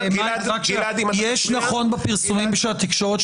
יש נכון בפרסומים של התקשורת,